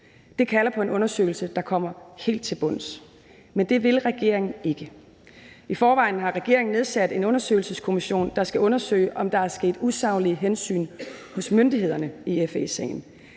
Det kalder på en undersøgelse, der kommer helt til bunds. Men det vil regeringen ikke. I forvejen har regeringen nedsat en undersøgelseskommission, der skal undersøge, om der er sket usaglige hensyn hos myndighederne i FE-sagen.